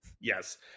Yes